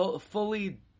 fully